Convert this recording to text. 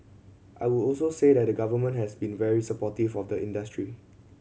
I would also say that the Government has been very supportive of the industry